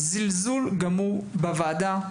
זלזול גמור בוועדה,